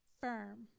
firm